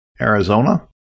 Arizona